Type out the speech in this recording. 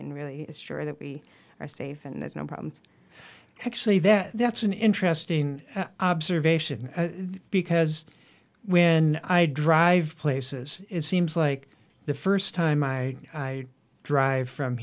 and really is sure that we are safe and there's no problems actually then that's an interesting observation because when i drive places it seems like the first time i drive from